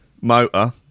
motor